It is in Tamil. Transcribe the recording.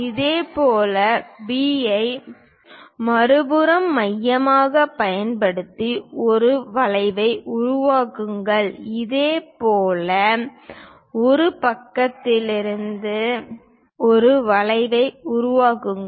இதேபோல் B ஐ மறுபுறம் மையமாகப் பயன்படுத்தி ஒரு வளைவை உருவாக்குங்கள் இதேபோல் ஒரு பக்கத்திலிருந்து ஒரு வளைவை உருவாக்குங்கள்